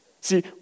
See